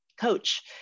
coach